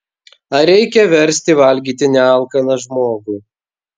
ar reikia versti valgyti nealkaną žmogų